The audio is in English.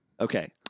Okay